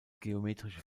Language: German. geometrische